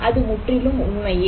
அது முற்றிலும் உண்மையே